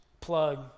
plug